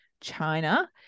China